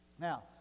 Now